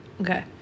Okay